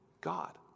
God